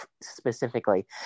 specifically